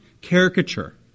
caricature